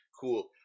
cool